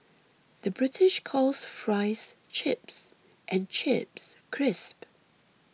the British calls Fries Chips and Chips Crisps